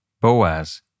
Boaz